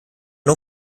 nur